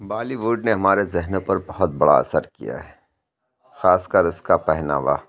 بالیووڈ نے ہمارے ذہنوں پر بہت بڑا اثر کیا ہے خاص کر اس کا پہناوا